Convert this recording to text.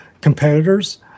competitors